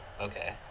okay